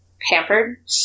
pampered